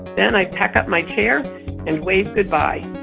then i pack up my chair and wave goodbye.